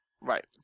Right